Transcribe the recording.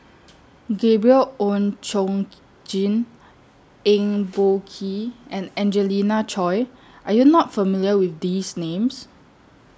Gabriel Oon Chong Jin Eng Boh Kee and Angelina Choy Are YOU not familiar with These Names